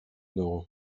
dugu